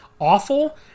awful